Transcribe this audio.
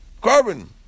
carbon